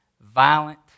violent